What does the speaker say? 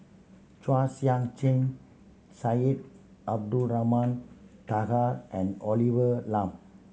Chua Sian Chin Syed Abdulrahman Taha and Olivia Lum